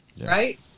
right